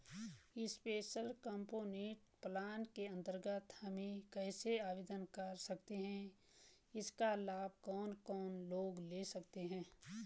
Special component plan के अन्तर्गत हम कैसे आवेदन कर सकते हैं इसका लाभ कौन कौन लोग ले सकते हैं?